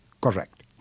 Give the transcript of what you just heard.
Correct